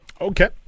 Okay